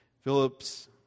Phillips